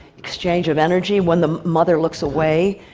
exchange of energy. when the mother looks away,